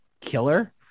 killer